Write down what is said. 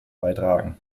beitragen